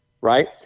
right